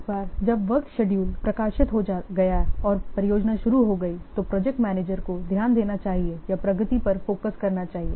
एक बार जब वर्क शेड्यूल प्रकाशित हो गया और परियोजना शुरू हो गई तो प्रोजेक्ट मैनेजर को ध्यान देना चाहिए या प्रगति पर फोकस करना चाहिए